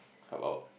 cover up